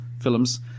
films